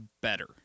better